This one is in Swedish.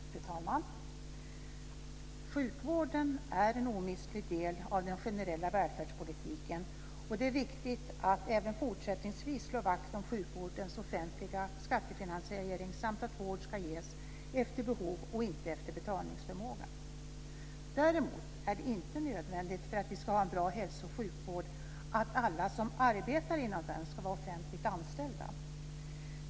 Fru talman! Sjukvården är en omistlig del av den generella välfärdspolitiken. Det är viktigt att även fortsättningsvis slå vakt om sjukvårdens offentliga skattefinansiering samt att vård ska ges efter behov och inte efter betalningsförmåga. Däremot är det inte nödvändigt för att vi ska ha en bra hälso och sjukvård att alla som arbetar inom den ska vara offentligt anställda.